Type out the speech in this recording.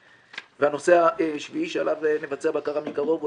הנושא השביעי עליו נבצע בקרה מקרוב הוא